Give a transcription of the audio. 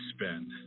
spend